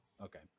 Okay